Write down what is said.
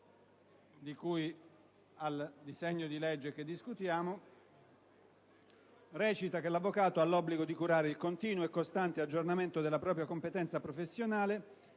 di cui al disegno di legge che discutiamo recita che «L'avvocato ha l'obbligo di curare il continuo e costante aggiornamento della propria competenza professionale